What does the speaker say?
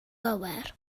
gywir